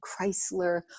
Chrysler